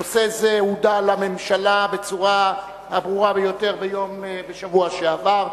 נושא זה הודע לממשלה בצורה הברורה ביותר בשבוע שעבר,